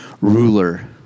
ruler